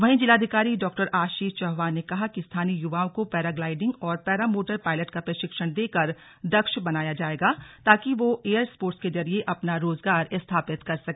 वहीं जिलाधिकारी डॉ आशीष चौहान ने कहा कि स्थानीय युवाओं को पैराग्लाइडिंग और पैरामोटर पायलट का प्रशिक्षण देकर दक्ष बनाया जाएगा ताकि वो एअर स्पोर्ट्स के जरिए अपना रोजगार स्थापित कर सके